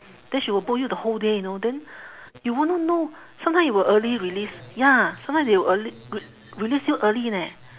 then she will book you the whole day you know then you wouldn't know sometimes they will early release ya sometimes they will early re~ release you early leh